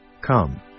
Come